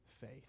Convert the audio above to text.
faith